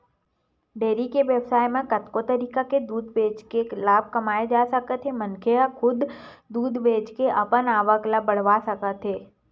dairy के बेवसाय म कतको तरीका ले दूद बेचके लाभ कमाए जा सकत हे मनखे ह खुदे दूद बेचे के अपन आवक ल बड़हा सकत हे